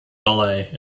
ballet